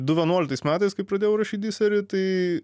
du vienuoliktais metais kai pradėjau rašyt diserį tai